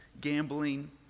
gambling